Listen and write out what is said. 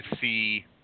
see